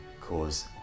cause